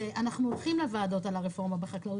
שאנחנו הולכים לישיבות בוועדות על הרפורמה בחקלאות